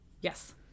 Yes